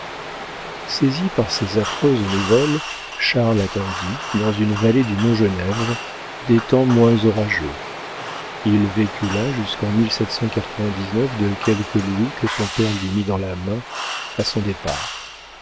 saisi par ces affreuses nouvelles charles attendit dans une vallée du mont genèvre des temps moins orageux il vécut là jusquen de quelques louis que son père lui mit dans la main à son départ